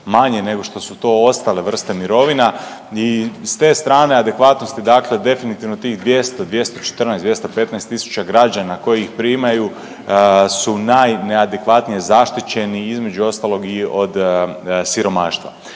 manje nego što su to ostale vrste mirovina i s te strane adekvatnosti, dakle definitivno tih 200, 214, 215000 građana koji ih primaju su najneadekvatnije zaštićeni između ostalog i od siromaštva.